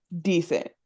decent